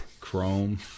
Chrome